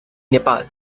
nepal